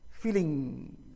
Feeling